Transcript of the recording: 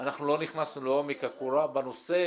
אנחנו לא נכנסנו לעומק הקורה בנושא.